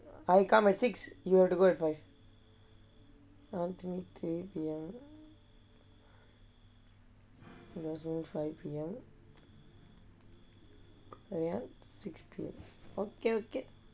I come at six you have to go at five until three P_M yasmin five P_M ya six P_M okay okay